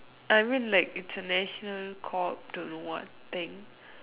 I mean like it's a national corp don't know what thing